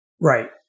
Right